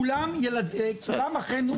כולם אחינו.